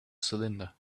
cylinder